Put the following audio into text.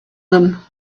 them